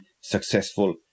successful